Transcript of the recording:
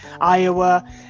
Iowa